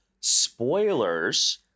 spoilers